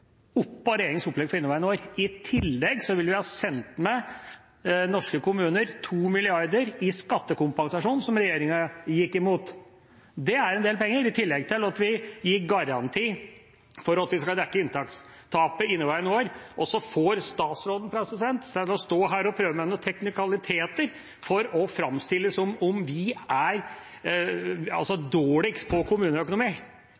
oppå regjeringas opplegg for inneværende år. I tillegg ville vi ha sendt med norske kommuner 2 mrd. kr i skattekompensasjon, som regjeringa gikk imot. Det er en del penger, i tillegg til at vi gir en garanti for at vi skal dekke inntektstapet i inneværende år. Og så får statsråden seg til å stå her og prøve seg med noen teknikaliteter for å framstille det som om vi er dårligst på kommuneøkonomi.